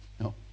no